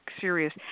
serious